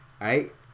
right